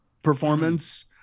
Performance